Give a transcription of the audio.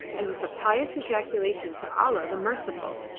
and with a pious ejaculation to allah the merciful,